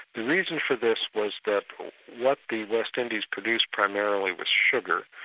the reason for this was that what the west indies produced primarily was sugar.